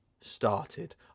started